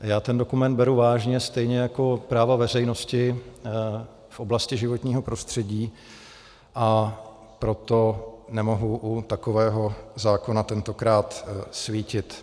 Já ten dokument beru vážně stejně jako práva veřejnosti v oblasti životního prostředí, a proto nemohu u takového zákona tentokrát svítit.